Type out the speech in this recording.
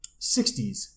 60s